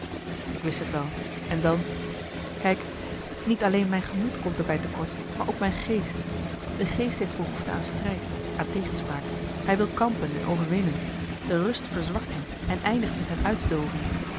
ik wist t wel en dan kijk niet alleen mijn gemoed komt er bij te kort maar ook mijn geest de geest heeft behoefte aan strijd aan tegenspraak hij wil kampen en overwinnen de rust verzwakt hem en eindigt met hem